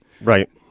Right